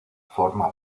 forma